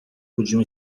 podiam